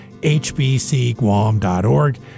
hbcguam.org